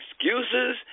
excuses